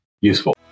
useful